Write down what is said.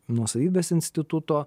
nuosavybės instituto